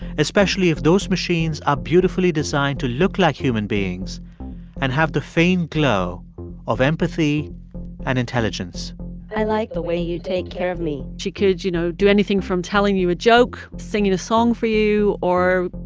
especially if those machines are beautifully designed to look like human beings and have the faint glow of empathy and intelligence i like the way you take care of me she could, you know, do anything from telling you a joke, singing a song for you or,